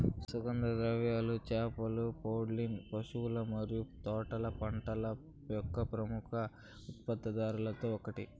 సుగంధ ద్రవ్యాలు, చేపలు, పౌల్ట్రీ, పశువుల మరియు తోటల పంటల యొక్క ప్రముఖ ఉత్పత్తిదారులలో ఒకటి